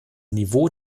niveau